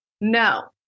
No